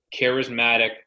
charismatic